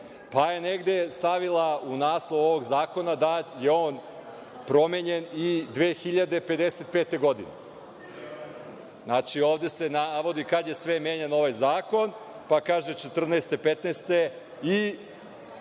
pa je negde stavila u naslov ovog zakona da je on promenjen i 2055. godine. Znači, ovde se navodi kada je sve menjan ovaj zakon, pa kaže 2014, 2015.